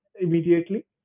immediately